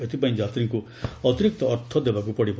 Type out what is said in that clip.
ଏଥିପାଇଁ ଯାତ୍ରୀଙ୍କୁ ଅତିରିକ୍ତ ଅର୍ଥ ଦେବାକୁ ପଡ଼ିବ